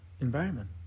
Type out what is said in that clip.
environment